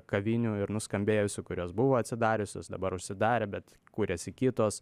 kavinių ir nuskambėjusių kurios buvo atsidariusios dabar užsidarė bet kuriasi kitos